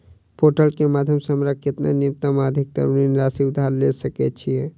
Portal केँ माध्यम सऽ हमरा केतना न्यूनतम आ अधिकतम ऋण राशि उधार ले सकै छीयै?